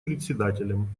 председателям